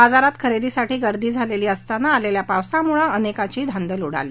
बाजारात खरेदीसाठी गर्दी झाली असताना आलेल्या पावसामुळे अनेकांची धांदल उडाली